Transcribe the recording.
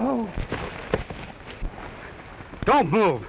oh oh oh